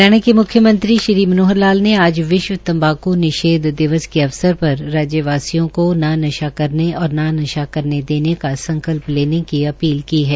हरियाणा के म्ख्यमंत्री श्री मनोहर लाल ने आज विश्व तंबाकू निषेध दिवस के अवसर पर राज्यवासियों को न नशा करने और न नशा करने देने का संकल्प लेने की अपील की है